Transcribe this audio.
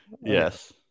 Yes